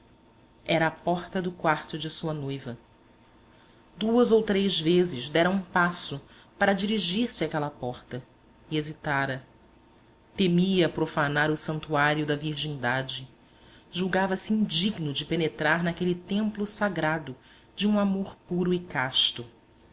era a porta do quarto de sua noiva duas ou três vezes dera um passo para dirigir-se àquela porta e hesitara temia profanar o santuário da virgindade julgava-se indigno de penetrar naquele templo sagrado de um amor puro e casto